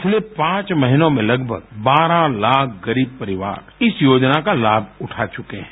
पिछले पाँच महीनों में लगभग बारह लाख गरीब परिवार इस योजना का लाभ उठा चुके हैं